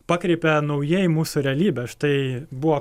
pakreipia naujai mūsų realybę štai buvo